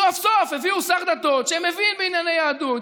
סוף-סוף הביאו שר דתות שמבין בענייני יהדות,